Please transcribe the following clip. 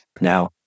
Now